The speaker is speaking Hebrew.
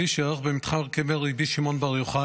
שייערך במתחם קבר רבי שמעון בר יוחאי,